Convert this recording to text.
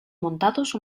montados